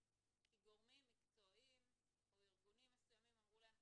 כי גורמים מקצועיים או ארגונים מסוימים אמרו להם,